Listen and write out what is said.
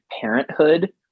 parenthood